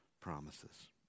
promises